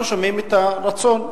אנחנו שומעים את הרצון.